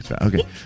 Okay